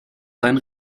sein